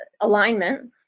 alignment